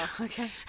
okay